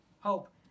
hope